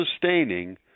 sustaining